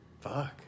Fuck